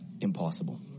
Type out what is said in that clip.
Impossible